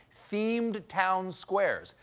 themed town squares.